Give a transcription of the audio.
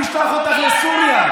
אני אשלח אותך לסוריה.